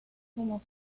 como